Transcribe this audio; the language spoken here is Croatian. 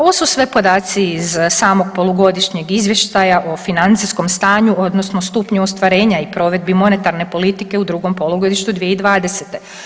Ovo su sve podaci iz samog polugodišnjeg izvještaja o financijskom stanju odnosno stupnju ostvarenja i provedbi monetarne politike u drugom polugodištu 2020.